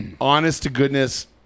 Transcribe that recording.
honest-to-goodness